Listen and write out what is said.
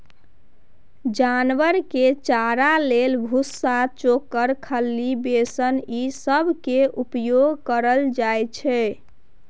जानवर के चारा लेल भुस्सा, चोकर, खल्ली, बेसन ई सब केर उपयोग कएल जाइ छै